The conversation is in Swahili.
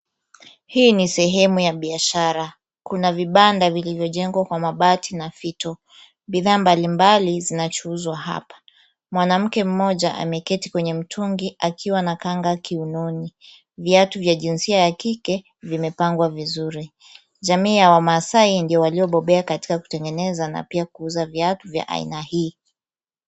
Hii ni sehemu ya biashara. Kuna vibanda vilivyojengwa kwa mabati na fito. Bidhaa mbalimbali zinachuuzwa hapa. Mwanamke mmoja ameketi kwenye mtungi akiwa na kanga kiunoni. Viatu vya jinsia ya kike vimepangwa vizuri. Jamii ya wamaasai ndio waliobobea katika kutengeneza na pia kuuza viatu vya aina hii.